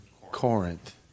Corinth